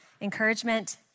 encouragement